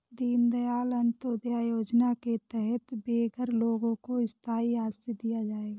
दीन दयाल अंत्योदया योजना के तहत बेघर लोगों को स्थाई आश्रय दिया जाएगा